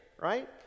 right